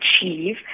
achieve